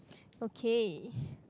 okay